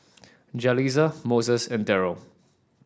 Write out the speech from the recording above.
Jalisa Moses and Deryl